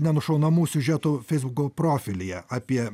neužšaunamų siužetų feisbuko profilyje apie